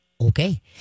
okay